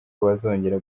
bazongera